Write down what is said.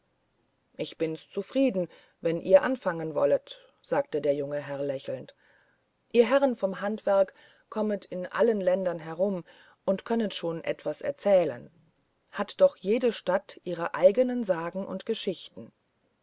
ich bin's zufrieden wenn ihr anfangen wollet sagte der junge herr lächelnd ihr herren vom handwerk kommet in allen ländern herum und könnet schon etwas erzählen hat doch jede stadt ihre eigenen sagen und geschichten